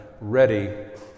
ready